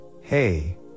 Hey